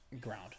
ground